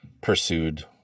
pursued